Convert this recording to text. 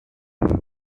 also